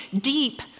deep